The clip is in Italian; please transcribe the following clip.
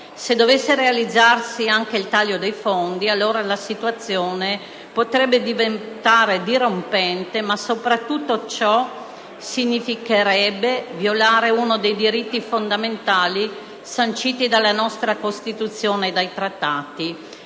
Se dovesse realizzarsi anche il taglio dei fondi, allora la situazione potrebbe diventare dirompente, ma soprattutto ciò significherebbe violare uno dei diritti fondamentali sanciti dalla nostra Costituzione e dai trattati